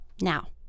now